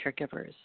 caregivers